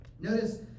Notice